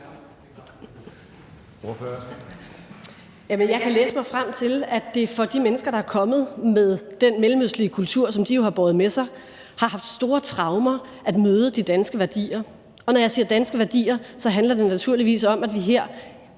Jeg kan læse mig frem til, at det for de mennesker, der er kommet med den mellemøstlige kultur, som de jo har båret med sig, har betydet store traumer at møde de danske værdier. Og når jeg siger »danske værdier«, handler det naturligvis om, at vi her